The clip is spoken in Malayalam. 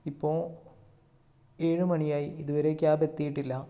ഇപ്പോൾ ഏഴു മണിയായി ഇതുവരെ ക്യാബ് എത്തിയിട്ടില്ല